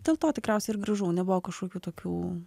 dėl to tikriausiai ir grįžau nebuvo kažkokių tokių